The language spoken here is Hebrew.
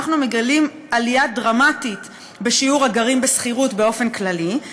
אנחנו מגלים עלייה דרמטית בשיעור הגרים בשכירות באופן כללי.